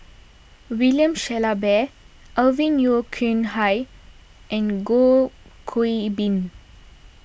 William Shellabear Alvin Yeo Khirn Hai and Goh Qiu Bin